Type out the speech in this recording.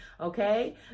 okay